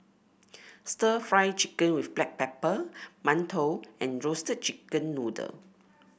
stir Fry Chicken with Black Pepper mantou and Roasted Chicken Noodle